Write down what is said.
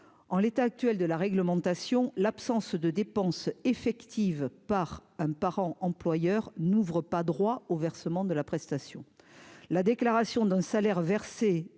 en l'état actuel de la réglementation, l'absence de dépenses effectives par un parent employeur n'ouvre pas droit au versement de la prestation,